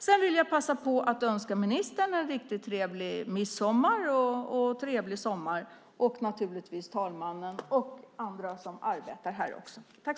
Sedan vill jag passa på att önska ministern, talmannen och andra som arbetar här en riktigt trevlig midsommar och sommar.